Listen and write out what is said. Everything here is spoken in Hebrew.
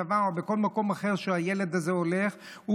בצבא או בכל מקום אחר שהילד הזה הולך אליו.